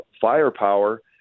firepower